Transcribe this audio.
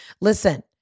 Listen